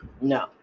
No